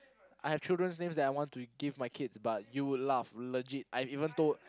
I have children names that I want to give my kids but you would laugh legit I even told